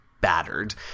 battered